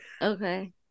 Okay